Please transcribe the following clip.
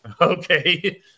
okay